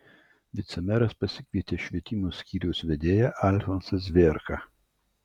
vicemeras pasikvietė švietimo skyriaus vedėją alfonsą zvėrką